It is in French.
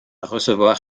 recevoir